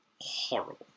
horrible